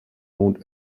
mond